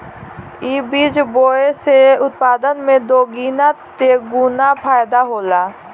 इ बीज बोए से उत्पादन में दोगीना तेगुना फायदा होला